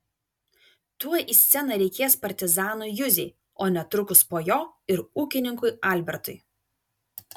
tuoj į sceną reikės partizanui juzei o netrukus po jo ir ūkininkui albertui